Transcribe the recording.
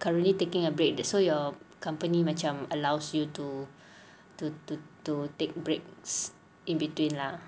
currently taking a break so your company macam allows you to to to to take breaks in between lah